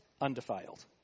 Undefiled